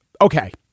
okay